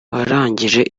warangije